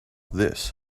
this